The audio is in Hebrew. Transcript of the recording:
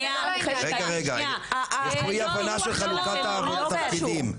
יש פה אי הבנה של חלוקת התפקידים.